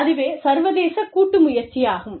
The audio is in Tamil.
அதுவே சர்வதேச கூட்டு முயற்சியாகும்